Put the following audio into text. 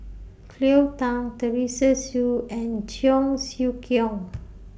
Cleo Thang Teresa Hsu and Cheong Siew Keong